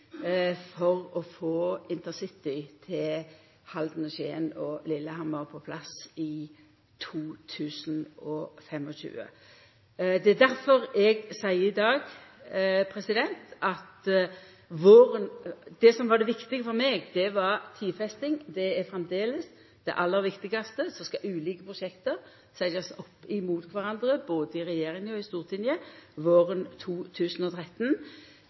for å få intercitytog til Halden og Skien og Lillehammer på plass i 2025. Det er difor eg seier i dag at det som var det viktige for meg, var tidfesting. Det er framleis det aller viktigaste. Så skal ulike prosjekt setjast opp mot kvarandre både i regjeringa og i Stortinget våren 2013.